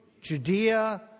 Judea